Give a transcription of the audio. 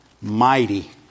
mighty